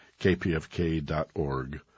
kpfk.org